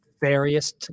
various